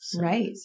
Right